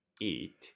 eat